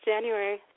January